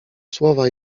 słowa